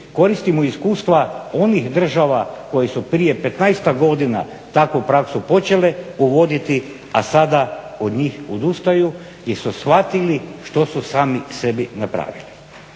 koristimo iskustva onih država koje su prije petnaestak godina takvu praksu počele uvoditi, a sada od njih odustaju jer su shvatili što su sami sebi napravili.